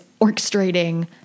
orchestrating